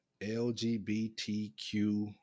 LGBTQ